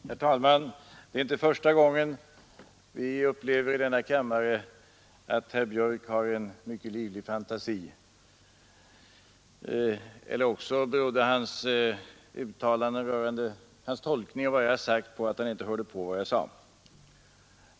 Herr talman! Det är inte första gången vi i den här kammaren upplever att herr Björk i Göteborg har livlig fantasi, eller berodde hans tolkning av vad jag sade på att han inte lyssnade.